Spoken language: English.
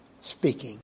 speaking